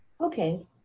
Okay